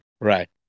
Right